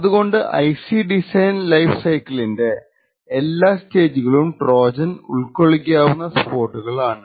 അതുകൊണ്ട് IC design life സൈക്കിലിന്റെ എല്ലാ സ്റ്റേജുകളും ട്രോജൻ ഉള്കൊള്ളിക്കാവുന്ന സ്പോട്ടുകൾ ആണ്